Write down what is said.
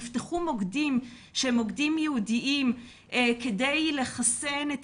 נפתחו מוקדים ייעודיים כדי לחסן את